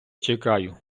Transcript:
чекаю